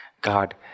God